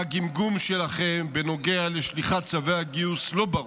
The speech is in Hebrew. והגמגום שלכם בנוגע לשליחת צווי הגיוס לא ברור.